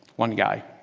one guy.